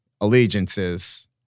allegiances